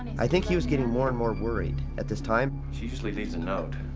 i think he was getting more and more worried at this time. she usually leaves a note.